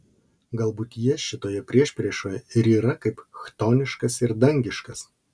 galbūt jie šitoje priešpriešoje ir yra kaip chtoniškas ir dangiškas